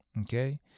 Okay